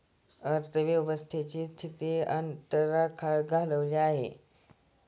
अर्थव्यवस्थेची स्थिती अत्यंत खालावली आहे